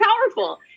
powerful